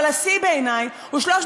אבל קיימת גם הסתייגות 171 לאותו